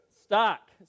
stock